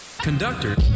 Conductor